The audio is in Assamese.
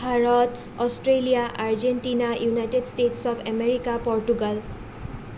Bharat Australia Argentina United States of America Portugal